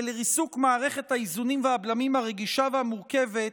ולריסוק מערכת האיזונים והבלמים הרגישה והמורכבת,